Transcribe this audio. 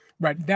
Right